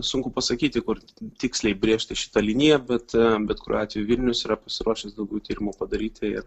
sunku pasakyti kur tiksliai brėžti šitą liniją bet bet kuriuo atveju vilnius yra pasiruošęs daugiau tyrimų padaryti ir